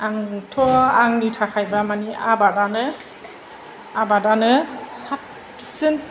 आंनिथ' आंनि थाखायबा मानि आबादआनो आबादआनो साबसिन